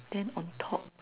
then on top